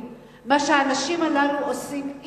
מה שהאנשים הללו עושים,